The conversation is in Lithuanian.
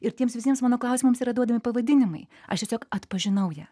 ir tiems visiems mano klausimams yra duodami pavadinimai aš tiesiog atpažinau ją